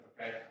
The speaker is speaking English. okay